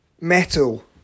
metal